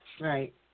Right